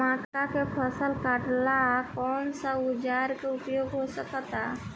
मक्का के फसल कटेला कौन सा औजार के उपयोग हो सकत बा?